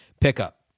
pickup